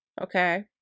okay